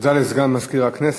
תודה לסגן מזכירת הכנסת.